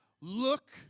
Look